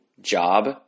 job